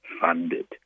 funded